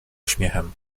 uśmiechem